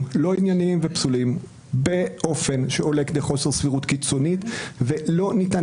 לא ענייניים ופסולים באופן שעולה כדי חוסר סבירות קיצונית ולא ניתן